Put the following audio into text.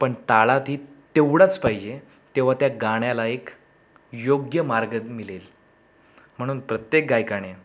पण तालातही तेवढंच पाहिजे तेव्हा त्या गाण्याला एक योग्य मार्ग मिळेल म्हणून प्रत्येक गायकाने